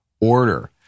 order